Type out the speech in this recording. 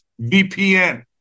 VPN